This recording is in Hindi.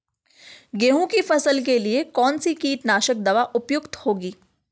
गेहूँ की फसल के लिए कौन सी कीटनाशक दवा उपयुक्त होगी?